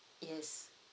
yes